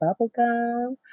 Bubblegum